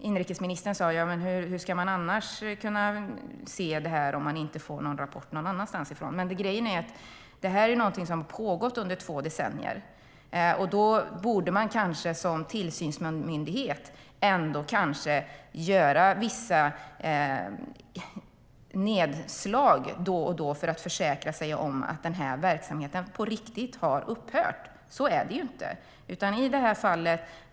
Inrikesministern undrade hur man ska kunna se det här om man inte får en rapport någon annanstans ifrån, men grejen är att det här har pågått under två decennier. Då borde man som tillsynsmyndighet kanske ändå göra vissa nedslag då och då, för att försäkra sig om att verksamheten på riktigt har upphört. Så är det nämligen inte.